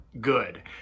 good